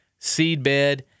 Seedbed